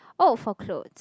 oh for clothes